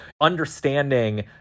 understanding